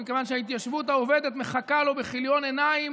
ומכיוון שההתיישבות העובדת מחכה לו בכיליון עיניים